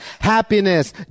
Happiness